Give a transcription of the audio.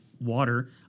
water